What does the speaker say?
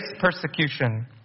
persecution